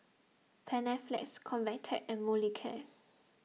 Panaflex Convatec and Molicare